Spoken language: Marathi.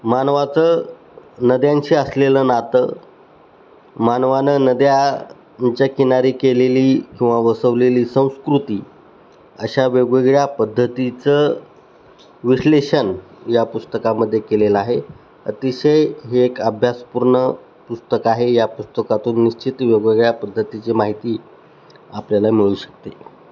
मानवाचं नद्यांशी असलेलं नातं मानवाने नद्यांच्या किनारी केलेली किंवा वसवलेली संस्कृती अशा वेगवेगळ्या पद्धतीचं विश्लेषण या पुस्तकामध्ये केलेलं आहे अतिशय हे एक अभ्यासपूर्ण पुस्तक आहे या पुस्तकातून निश्चित वेगवेगळ्या पद्धतीची माहिती आपल्याला मिळू शकते